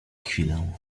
chwilę